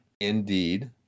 indeed